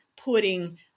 putting